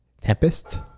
Tempest